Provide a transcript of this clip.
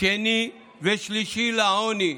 שני ושלישי לעוני.